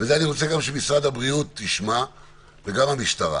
וזה אני רוצה גם שמשרד הבריאות ישמע וגם המשטרה: